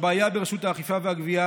הבעיה ברשות האכיפה והגבייה